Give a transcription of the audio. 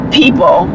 people